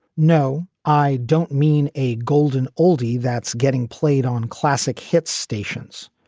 no, i don't mean a golden oldie that's getting played on classic hit stations.